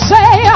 Say